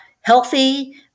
healthy